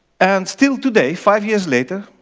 and still today, five years later,